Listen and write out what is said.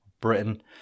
Britain